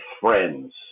friends